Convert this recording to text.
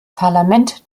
parlament